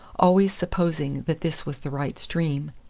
always supposing that this was the right stream.